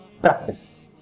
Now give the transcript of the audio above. practice